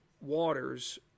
waters